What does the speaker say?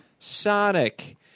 Sonic